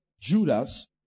Judas